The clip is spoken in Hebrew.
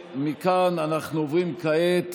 אנחנו עוברים כעת